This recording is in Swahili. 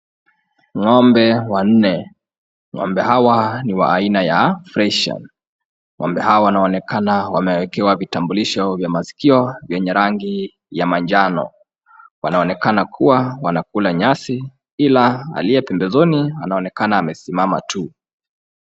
Ng'ombe wanne. Ng'ombe hawa ni wa aina ya freshan. Ng'ombe hawa wanaonekana wamewekewa vitambulisho maskio vyenye rangi ya manjano. Wanaonekana wanaokula nyasi ila aliyepembezoni anaonekana amesimama tu.